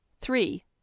three